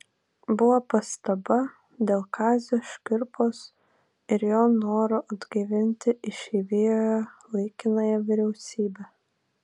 buvo pastaba dėl kazio škirpos ir jo noro atgaivinti išeivijoje laikinąją vyriausybę